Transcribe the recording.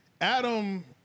Adam